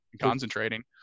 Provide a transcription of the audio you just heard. concentrating